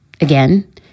Again